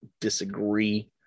disagree